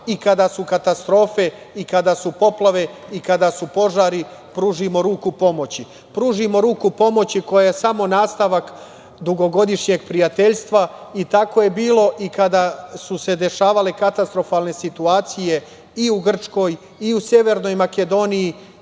i kada su katastrofe i kada su poplave i kada su požari pružimo ruku pomoći, pružimo ruku pomoći koja je samo nastavak dugogodišnjeg prijateljstva. Tako je bilo i kada su se dešavale katastrofalne situacije i u Grčkoj i u Severnoj Makedoniji